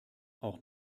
auch